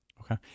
Okay